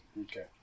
Okay